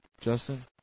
Justin